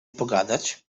pogadać